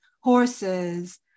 horses